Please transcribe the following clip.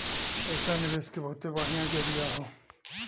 पइसा निवेस के बहुते बढ़िया जरिया हौ